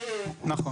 נכון.